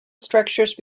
structures